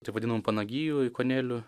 tai vadinamų panagijų ikonėlių